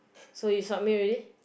so you submit already